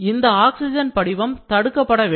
இந்த ஆக்சிஜன் படிவம் தடுக்கப்பட வேண்டும்